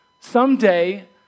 someday